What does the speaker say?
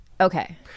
Okay